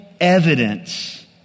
evidence